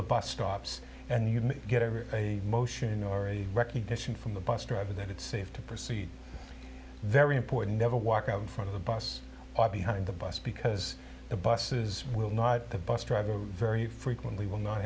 the bus stops and you get a motion or a recognition from the bus driver that it's safe to proceed very important never walk around from the bus abhi high in the bus because the buses will not the bus driver very frequently will not